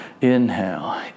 inhale